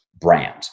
brand